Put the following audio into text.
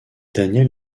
daniel